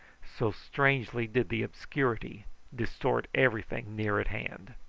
so strangely did the obscurity distort everything near at hand.